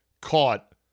caught